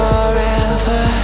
Forever